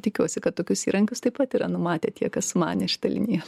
tikiuosi kad tokius įrankius taip pat yra numatę tie kas manė šitą liniją